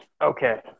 Okay